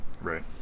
Right